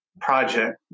project